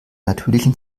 natürlichen